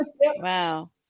Wow